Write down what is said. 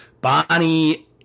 Bonnie